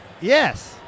Yes